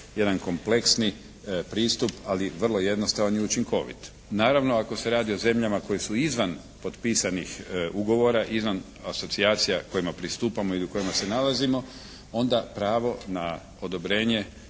jedan kompleksni pristup ali vrlo jednostavan i učinkovit. Naravno ako se radi o zemljama koje su izvan potpisanih ugovora, izvan asocijacija kojima pristupamo ili u kojima se nalazimo onda pravo na odobrenje